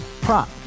Prop